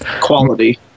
quality